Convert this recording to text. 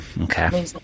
Okay